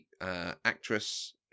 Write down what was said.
actress